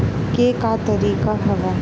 के का तरीका हवय?